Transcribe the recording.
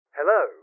Hello